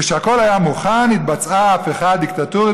כשהכול היה מוכן התבצעה ההפיכה הדיקטטורית